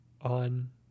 on